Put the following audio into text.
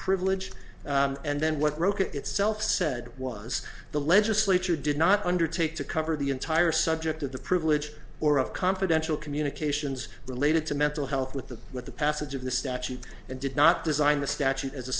privilege and then what rocha itself said was the legislature did not undertake to cover the entire subject of the privilege or of confidential communications related to mental health with the with the passage of the statute and did not design the statute as a